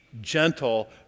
gentle